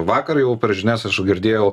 vakar jau per žinias aš girdėjau